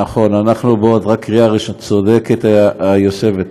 נכון, אנחנו רק בקריאה ראשונה, צודקת היושבת-ראש.